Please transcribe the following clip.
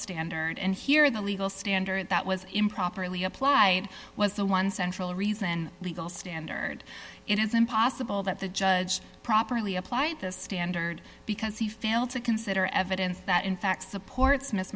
standard and hearing the legal standard that was improperly applied was the one central reason legal standard it is impossible that the judge properly applied this standard because he failed to consider evidence that in fact supports mi